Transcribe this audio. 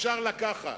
אפשר לקחת.